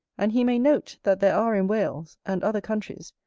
and he may note, that there are in wales, and other countries,